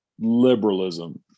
liberalism